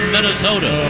Minnesota